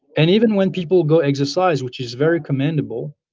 and even when people go exercise which is very commendable,